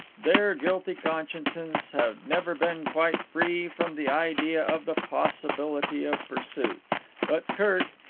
their guilty consciences had never been quite free from the idea of the possibility of pursuit but kirk,